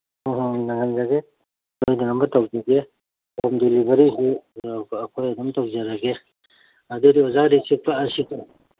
ꯍꯣꯏ ꯍꯣꯏ ꯅꯪꯍꯟꯖꯒꯦ ꯁꯣꯏꯗꯅꯕ ꯇꯧꯖꯒꯦ ꯍꯣꯝ ꯗꯤꯂꯤꯚꯔꯤꯁꯤ ꯑꯩꯈꯣꯏ ꯑꯗꯨꯝ ꯇꯧꯖꯔꯒꯦ ꯑꯗꯨꯗꯤ ꯑꯣꯖꯥ ꯔꯤꯁꯤꯞ ꯀꯛꯑꯁꯤꯀꯣ